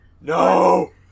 No